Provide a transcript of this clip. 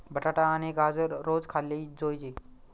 बटाटा आणि गाजर रोज खाल्ले जोयजे